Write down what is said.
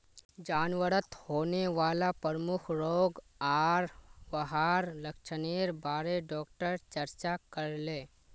जानवरत होने वाला प्रमुख रोग आर वहार लक्षनेर बारे डॉक्टर चर्चा करले